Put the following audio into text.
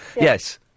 Yes